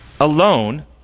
alone